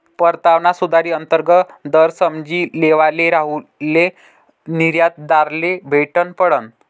परतावाना सुधारित अंतर्गत दर समझी लेवाले राहुलले निर्यातदारले भेटनं पडनं